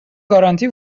گارانتی